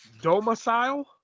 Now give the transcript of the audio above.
domicile